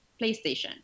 PlayStation